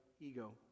ego